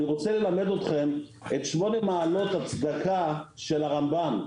אני רוצה ללמד אתכם את שמונה מעלות הצדקה של הרמב"ם.